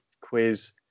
quiz